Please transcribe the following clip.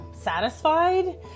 satisfied